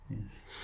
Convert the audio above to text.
Yes